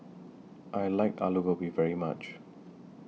I like Alu Gobi very much